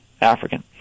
African